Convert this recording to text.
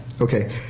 Okay